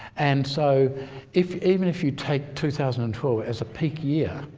and so if even if you take two thousand and twelve as a peak year,